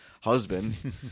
husband